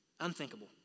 Unthinkable